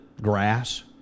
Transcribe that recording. grass